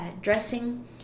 dressing